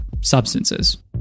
substances